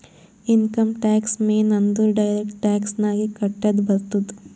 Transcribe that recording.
income tax ಮೇನ್ ಅಂದುರ್ direct tax ನಾಗೆ ಕಟ್ಟದ್ ಬರ್ತುದ್